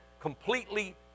completely